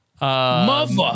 Mother